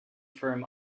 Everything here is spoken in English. firm